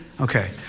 Okay